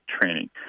training